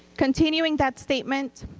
continuing that statement,